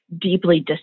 deeply